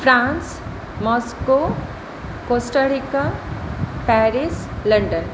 France Moscow Costa Rica Paris London